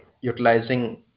utilizing